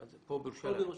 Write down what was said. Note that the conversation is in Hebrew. בירושלים.